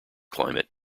climate